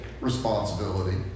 responsibility